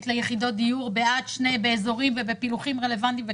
ליחידות דיור באזורים ובפילוחים רלוונטיים?